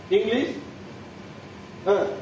English